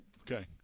okay